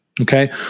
Okay